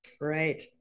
Right